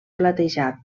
platejat